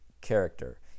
character